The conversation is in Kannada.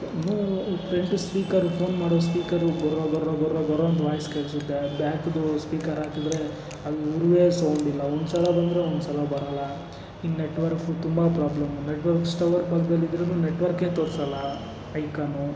ಇನ್ನು ಈ ಫ್ರಂಟ್ ಸ್ಪೀಕರ್ ಫೋನ್ ಮಾಡೋ ಸ್ಪೀಕರು ಗೋರ ಗೋರ ಗೋರ ಅಂತ ವಾಯ್ಸ್ ಕೇಳಿಸುತ್ತೆ ಬ್ಯಾಕ್ದು ಸ್ಪೀಕರ್ ಹಾಕಿದರೆ ಅದು ಸೌಂಡಿಲ್ಲ ಒಂದುಸಲ ಬಂದರೆ ಒಂದ್ಸಲ ಬರಲ್ಲ ಇನ್ನು ನೆಟ್ವರ್ಕ್ ತುಂಬ ಪ್ರಾಬ್ಲಮ್ ನೆಟ್ವರ್ಕ್ ನೆಟ್ವರ್ಕೇ ತೋರಿಸಲ್ಲ ಐಕಾನು